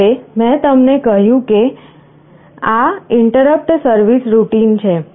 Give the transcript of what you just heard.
હવે મેં તમને કહ્યું કે આ ઇન્ટરપટ સર્વિસ રૂટિન છે